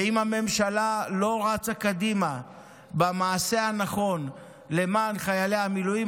ואם הממשלה לא רצה קדימה במעשה הנכון למען חיילי המילואים,